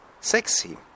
sexy